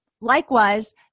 Likewise